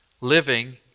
living